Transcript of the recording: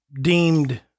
deemed